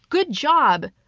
good job,